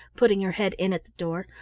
putting her head in at the door.